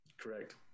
Correct